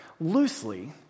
loosely